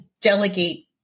delegate